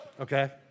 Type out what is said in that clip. okay